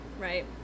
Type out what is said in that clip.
Right